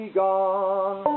gone